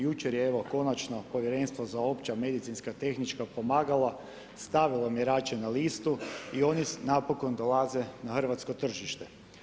Jučer je evo, konačno Povjerenstvo za opća medicinska tehnička pomagala stavilo mjerače na listu i oni napokon dolaze na hrvatsko tržište.